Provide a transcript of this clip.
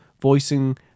voicing